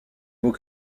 vos